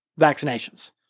vaccinations